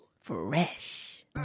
Fresh